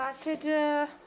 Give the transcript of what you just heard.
started